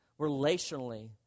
relationally